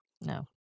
No